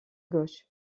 gauche